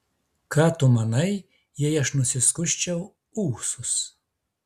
ką tu manai jei aš nusiskusčiau ūsus